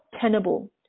tenable